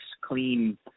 clean